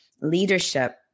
leadership